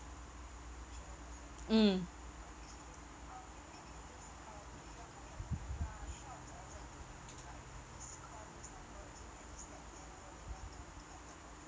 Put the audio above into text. mm